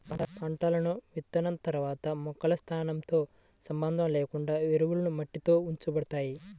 పంటలను విత్తిన తర్వాత మొక్కల స్థానంతో సంబంధం లేకుండా ఎరువులు మట్టిలో ఉంచబడతాయి